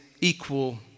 equal